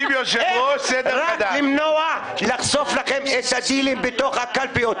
אנחנו רוצים למנוע את הדילים בתוך הקלפיות.